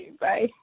bye